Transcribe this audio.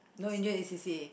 no you need to join C_C_A